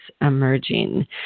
emerging